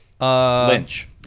Lynch